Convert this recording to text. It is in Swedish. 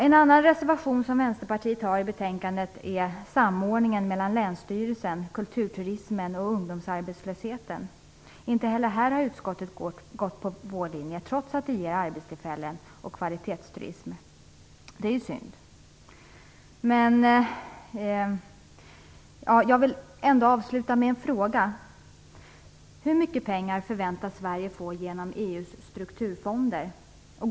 En annan reservation som Vänsterpartiet har i betänkandet gäller samordningen mellan länsstyrelsen, kulturturismen och ungdomsarbetslösheten. Inte heller här har utskottet gått på vår linje, trots att den ger arbetstillfällen och kvalitetsturism. Det är synd. Jag vill avsluta med några frågor. Hur mycket pengar förväntas Sverige få genom EU:s strukturfonder?